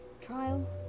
trial